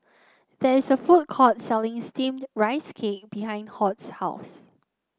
there is a food court selling steamed Rice Cake behind Hoyt's house